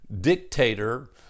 dictator